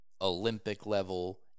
Olympic-level